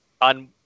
on